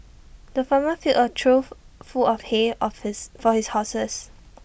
the farmer filled A trough full of hay of his for his horses